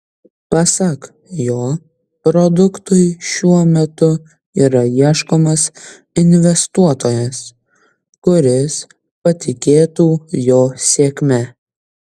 pasak jo produktui šiuo metu yra ieškomas investuotojas kuris patikėtų jo sėkme